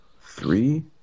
three